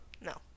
No